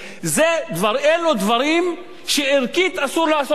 אלו דברים שערכית אסור לעשות אותם.